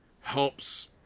helps